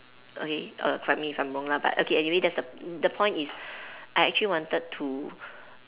okay err correct me if I'm wrong lah but okay anyway that's the the point is I actually wanted to